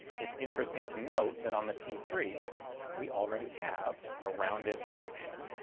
it's interesting to note that on the t three we already have a rounded connection,